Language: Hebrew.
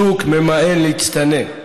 השוק ממאן להצטנן,